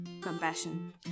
compassion